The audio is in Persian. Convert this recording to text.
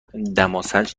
دماسنج